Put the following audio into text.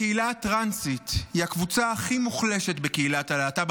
הקהילה הטרנסית היא הקבוצה הכי מוחלשת בקהילת הלהט"ב,